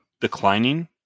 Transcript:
declining